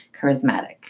charismatic